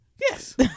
Yes